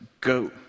go